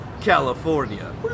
California